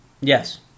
Yes